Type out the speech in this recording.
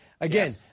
Again